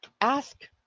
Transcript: ask